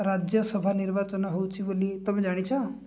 ରାଜ୍ୟସଭା ନିର୍ବାଚନ ହେଉଛି ବୋଲି ତୁମେ ଜାଣିଛ